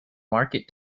market